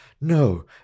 no